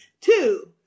Two